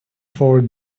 for